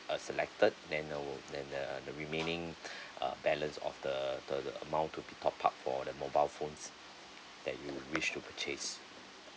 uh selected then uh then the the remaining uh balance of the the the amount to be top up for the mobile phones that you wish to purchase